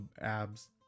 abs